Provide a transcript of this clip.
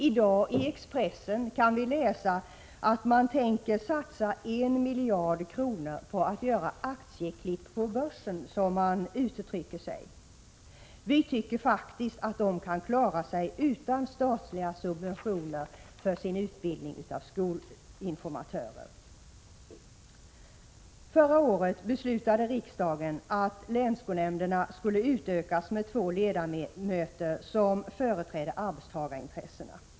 I dag kan vi läsa i Expressen att man tänker satsa 1 miljard kronor för att göra aktieklipp på börsen, som det uttrycks. Vi i folkpartiet tycker att organisationerna kan klara sig utan statliga subventioner för sin utbildning av skolinformatörer. Förra året beslutade riksdagen att länsskolnämnderna skulle utökas med två ledamöter vardera som skulle företräda arbetstagarintressena.